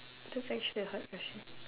that's actually a hard question